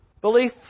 Belief